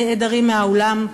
הנעדרים מהאולם.